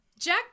Jack